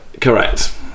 Correct